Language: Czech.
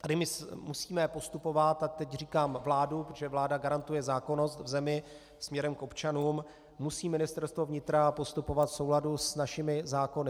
Tady musíme postupovat, a teď říkám vládu, protože vláda garantuje zákonnost v zemi směrem k občanům, musí Ministerstvo vnitra postupovat v souladu s našimi zákony.